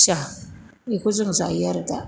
खुसिया बेखौ जों जायो आरो दा